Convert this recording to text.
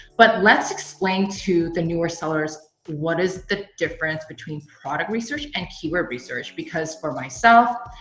but let's explain to the newer sellers, what is the difference between product research and keyword research? because for myself,